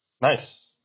Nice